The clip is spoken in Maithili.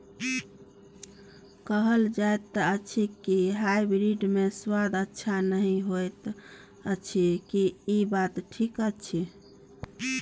कहल जायत अछि की हाइब्रिड मे स्वाद अच्छा नही होयत अछि, की इ बात ठीक अछि?